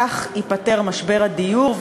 כך ייפתר משבר הדיור.